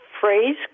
phrase